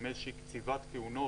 עם איזושהי קציבת כהונות.